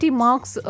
marks